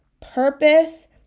purpose